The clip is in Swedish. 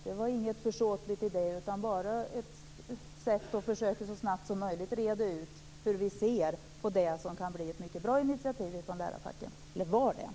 Det var inget försåtligt i det, utan bara ett sätt att snabbt försöka reda ut hur vi ser på det som kan bli ett bra initiativ från lärarfacken.